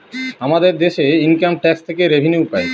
আমাদের দেশে income tax থেকে রেভিনিউ পাই